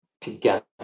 together